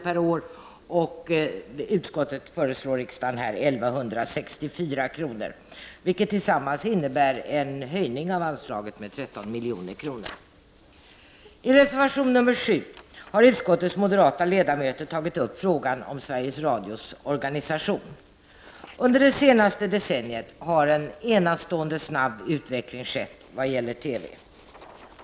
per år, och utskottet förslår 1 164 kr. vilket tillsammans innebär en höjning av anslaget med 13 milj.kr. I reservation nr 7 har utskottets moderata ledamöter tagit upp frågan om Sveriges Radios organisation. Under det senaste decenniet har det skett en enastående snabb utveckling när det gäller TV.